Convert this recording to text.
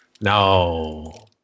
No